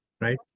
Right